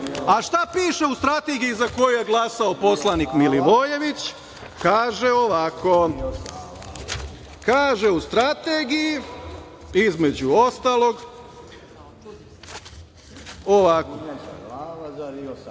A šta piše u strategiji za koju je glasao poslanik Milivojević? Kaže u strategiji, između ostalog,